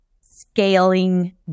scaling